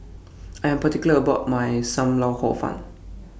I Am particular about My SAM Lau Hor Fun